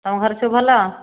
ତମ ଘରେ ସବୁ ଭଲ